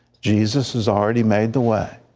jesus has already made the way,